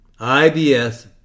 IBS